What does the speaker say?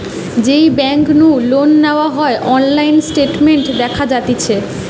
যেই বেংক নু লোন নেওয়া হয়অনলাইন স্টেটমেন্ট দেখা যাতিছে